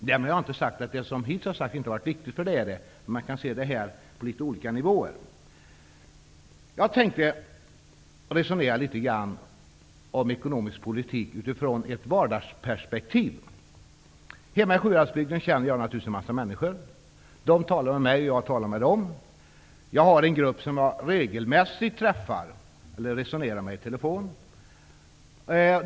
Därmed har jag inte sagt att det som hittills sagts inte är viktigt -- det är det. Men det går att se detta på litet olika nivåer. Jag tänkte resonera litet grand om ekonomisk politik med utgångspunkt i ett vardagsperspektiv. Jag känner naturligtvis en mängd människor hemma i Sjuhäradsbygden. De talar med mig, och jag talar med dem. Jag träffar regelmässigt en grupp människor eller resonerar med dem i telefon.